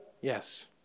Yes